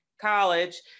college